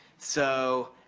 so